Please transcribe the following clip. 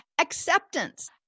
Acceptance